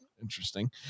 interesting